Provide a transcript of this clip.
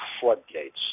floodgates